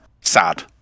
sad